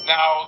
Now